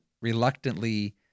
reluctantly